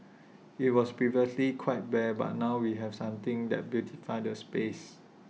IT was previously quite bare but now we have something that beautifies the space